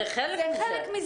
זה חלק מזה.